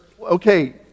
okay